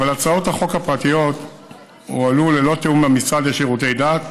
אבל הצעות החוק הפרטיות הועלו ללא תיאום עם המשרד לשירותי דת,